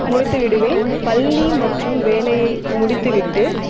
முடித்துவிடுவேன் பள்ளி மற்றும் வேலையை முடித்துவிட்டு